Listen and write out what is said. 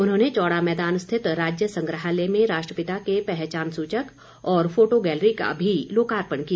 उन्होंने चौड़ा मैदान स्थित राज्य संग्रहालय में राष्ट्रपिता के पहचान सूचक और फोटो गैलरी का भी लोकार्पण किया